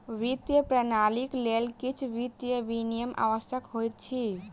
वित्तीय प्रणालीक लेल किछ वित्तीय विनियम आवश्यक होइत अछि